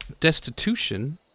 destitution